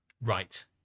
Right